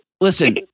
listen